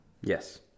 Yes